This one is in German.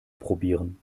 probieren